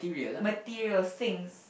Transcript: materials syncs